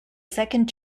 second